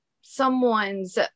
someone's